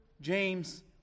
James